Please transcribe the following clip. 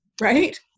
right